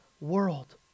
world